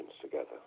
together